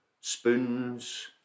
spoons